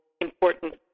important